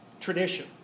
tradition